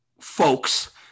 folks